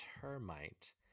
termite